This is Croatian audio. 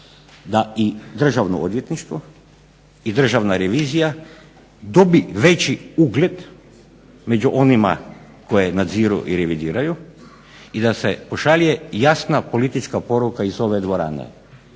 da i Državno odvjetništvo i Državna revizija dobije veći ugled među onima koji nadziru i revidiraju i da se pošalje jasna politička poruka iz ove dvorane.